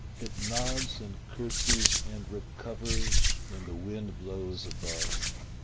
it nods and curtseys and recovers when the wind blows above,